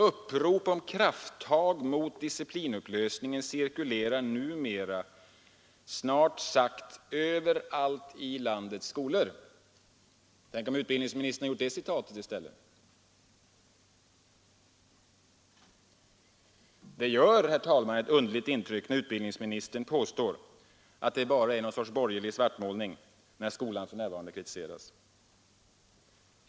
Upprop om ”krafttag mot ”disciplinupplösningen” cirkulerar numera snart sagt överallt i landets skolor.” Tänk om utbildningsministern hade anfört det citatet i stället! Det gör, herr talman, ett underligt intryck då utbildningsministern påstår, att det bara är någon storts ”borgerlig svartmålning” när skolan för närvarande kritiseras.